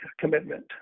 commitment